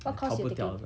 I 逃不掉的